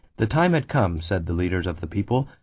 the time had come, said the leaders of the people,